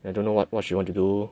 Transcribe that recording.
I don't know what what she want to do